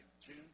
June